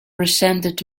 resented